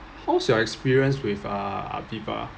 how's your experience with uh aviva